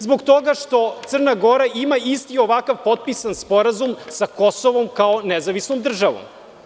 Zbog toga što Crna Gora ima isti ovakav potpisan sporazum sa Kosovom, kao nezavisnom državom.